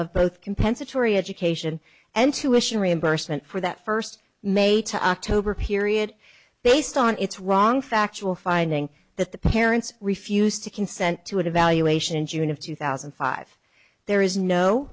of both compensatory education and tuitions reimbursement for that first may to october period based on its wrong factual finding that the parents refused to consent to an evaluation in june of two thousand and five there is no